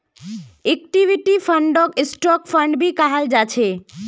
equity फंडक stock fund भी कहाल जा छे